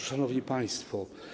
Szanowni Państwo!